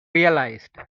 realized